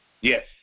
Yes